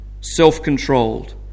self-controlled